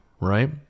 right